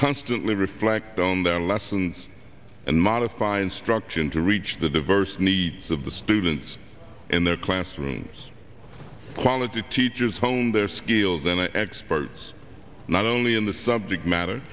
constantly reflect on their lessons and modify instruction to reach the diverse needs of the students in their classrooms quality teachers hone their skills and experts not only in the subject matter